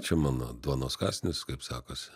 čia mano duonos kąsnis kaip sakosi